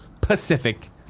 Pacific